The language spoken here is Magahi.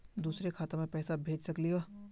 दुसरे खाता मैं पैसा भेज सकलीवह?